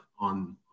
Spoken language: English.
on